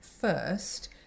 first